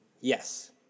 Yes